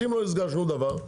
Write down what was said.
אז אם לא נסגר שום דבר,